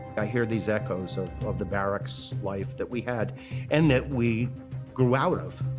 i hear these echoes of of the barracks life that we had and that we grew out of.